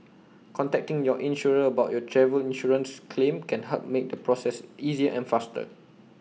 contacting your insurer about your travel insurance claim can help make the process easier and faster